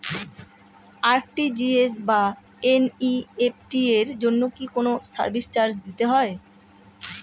RTGS বা NEFT এর জন্য কি কোনো সার্ভিস চার্জ দিতে হয়?